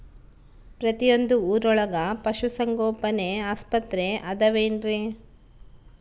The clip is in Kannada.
ಪ್ರತಿಯೊಂದು ಊರೊಳಗೆ ಪಶುಸಂಗೋಪನೆ ಆಸ್ಪತ್ರೆ ಅದವೇನ್ರಿ?